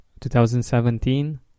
2017